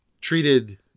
treated